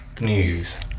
news